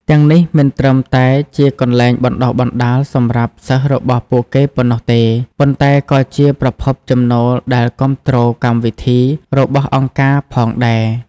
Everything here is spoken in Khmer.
ទាំងនេះមិនត្រឹមតែជាកន្លែងបណ្តុះបណ្តាលសម្រាប់សិស្សរបស់ពួកគេប៉ុណ្ណោះទេ ប៉ុន្តែក៏ជាប្រភពចំណូលដែលគាំទ្រកម្មវិធីរបស់អង្គការផងដែរ ។